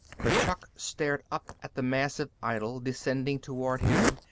kurchuk stared up at the massive idol descending toward him,